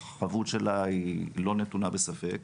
החבות שלה היא לא נתונה בספק.